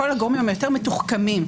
כל הגורמים היותר מתוחכמים,